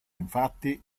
infatti